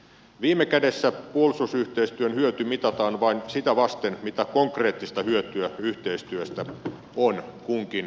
viime kädessä puolustusyhteistyön hyöty mitataan vain sitä vasten mitä konkreettista hyötyä yhteistyöstä on kunkin maan puolustusvoimille